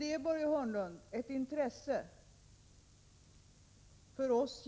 Det är, Börje Hörnlund, ett gemensamt intresse för oss